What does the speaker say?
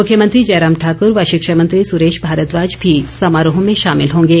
मुख्यमंत्री जयराम ठाकुर व शिक्षामंत्री सुरेश भारद्वाज भी समारोह में शामिल होंगे